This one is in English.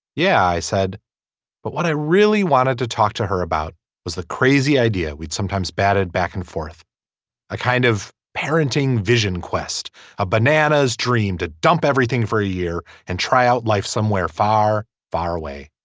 yeah i said but what i really wanted to talk to her about was the crazy idea we'd sometimes batted back and forth a kind of parenting vision quest a banana's banana's dream to dump everything for a year and try out life somewhere far far away.